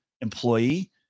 employee